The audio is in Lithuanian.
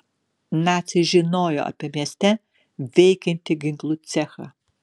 naciai žinojo apie mieste veikiantį ginklų cechą